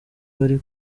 bari